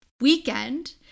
weekend